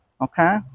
Okay